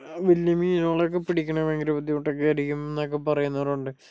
വലിയ മീനുകളെയൊക്കെ പിടിക്കണമെങ്കിൽ ഭയങ്കര ബുദ്ധിമുട്ടൊക്കെയായിരിക്കും എന്നൊക്കെ പറയുന്നവരുണ്ട്